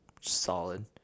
Solid